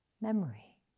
memory